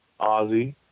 Ozzy